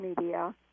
media